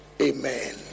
Amen